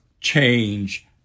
change